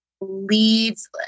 leads